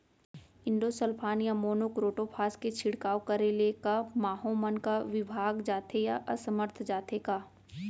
Endosulfan या monocrotophos के छिड़काव करे ले क माहो मन का विभाग जाथे या असमर्थ जाथे का?